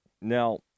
now